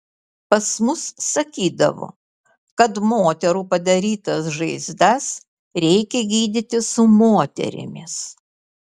pas mus sakydavo kad moterų padarytas žaizdas reikia gydyti su moterimis